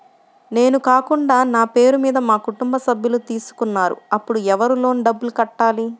నేను కాకుండా నా పేరు మీద మా కుటుంబ సభ్యులు తీసుకున్నారు అప్పుడు ఎవరు లోన్ డబ్బులు కట్టాలి?